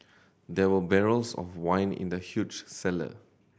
there were barrels of wine in the huge cellar